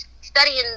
studying